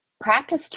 Practice